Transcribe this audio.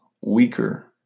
weaker